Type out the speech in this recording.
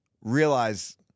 realize –